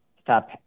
stop